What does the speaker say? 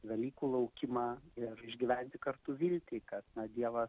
velykų laukimą ir išgyventi kartu viltį kad dievas